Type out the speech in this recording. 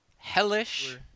Hellish